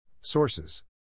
Sources